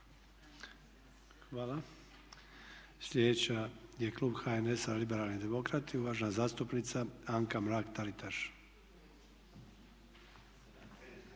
Hvala. Sljedeći je klub HNS-a i uvažena zastupnica Anka Mrak Taritaš.